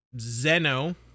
Zeno